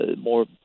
more